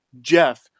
Jeff